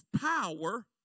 power